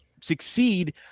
succeed